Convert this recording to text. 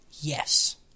Yes